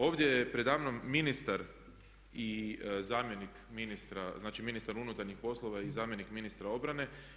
Ovdje je preda mnom ministar i zamjenik ministra, znači ministar unutarnjih poslova i zamjenik ministra obrane.